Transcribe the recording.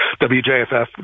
WJFF